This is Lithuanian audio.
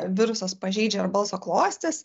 virusas pažeidžia ir balso klostes